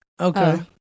Okay